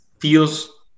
feels